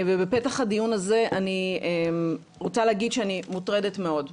בפתח הדיון אני רוצה להגיד שאני מוטרדת מאוד.